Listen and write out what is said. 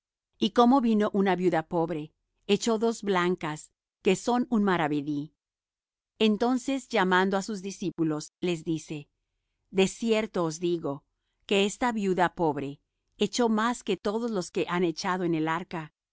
y como vino una viuda pobre echó dos blancas que son un maravedí entonces llamando á sus discípulos les dice de cierto os digo que esta viuda pobre echó más que todos los que han echado en el arca